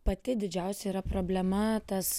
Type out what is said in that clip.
pati didžiausia yra problema tas